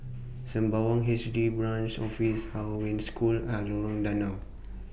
Sembawang H D Branch Office Hong Wen School and Lorong Danau